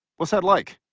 what's that like?